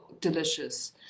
delicious